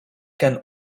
can